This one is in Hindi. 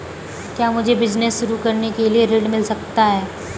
क्या मुझे बिजनेस शुरू करने के लिए ऋण मिल सकता है?